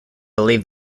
believed